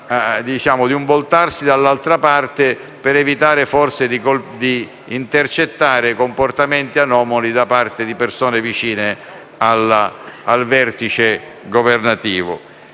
del voltarsi dall'altra parte, per evitare forse di intercettare comportamenti anomali da parte di persone vicine al vertice governativo.